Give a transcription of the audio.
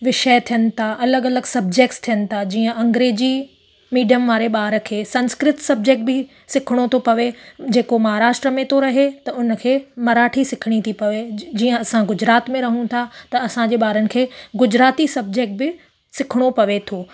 विषय थियण था अलॻि अलॻि सब्जैक्ट्स थियण था जीअं अंग्रेजी मिडियम वारे ॿार खे संस्कृत सब्जैक्ट बि सिखणो थो पए जेको महाराष्ट्र में थो रहे त उनखे मराठी सिखणी थी पए जीअं असां गुजरात में रहूं था त असांजे ॿारनि खे गुजराती सब्जैक्ट बि सिखणो पए थो